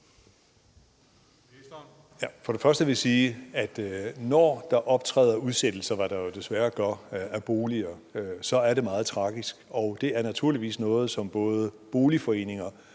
For det første vil jeg sige, at når der optræder udsættelser, hvad der jo desværre gør, af boliger, så er det meget tragisk, og at det naturligvis er noget, som både boligforeninger